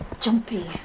jumpy